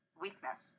weakness